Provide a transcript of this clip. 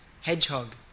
hedgehog